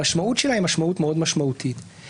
המשמעות שלה מאוד גדולה.